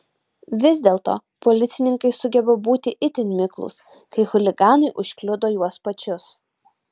vis dėlto policininkai sugeba būti itin miklūs kai chuliganai užkliudo juos pačius